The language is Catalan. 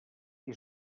qui